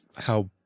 how